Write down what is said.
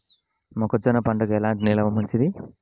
మొక్క జొన్న పంటకు ఎలాంటి నేల మంచిది?